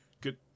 Good